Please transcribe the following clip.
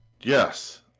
Yes